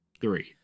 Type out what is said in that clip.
three